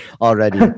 already